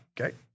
okay